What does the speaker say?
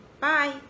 Bye